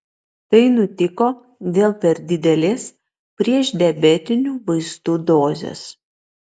tai nutiko dėl per didelės priešdiabetinių vaistų dozės